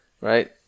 Right